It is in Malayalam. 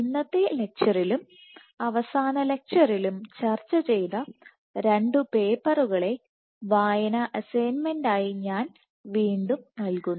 ഇന്നത്തെ ലെക്ച്ചറിലും അവസാന ലെക്ച്ചറിലും ചർച്ച ചെയ്ത 2 പേപ്പറുകളെ വായനാ അസൈൻമെൻറ് ആയി ഞാൻ വീണ്ടും നൽകുന്നു